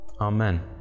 Amen